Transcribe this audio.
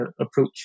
approach